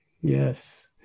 Yes